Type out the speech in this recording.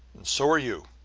so are you